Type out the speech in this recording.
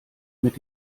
mit